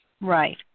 Right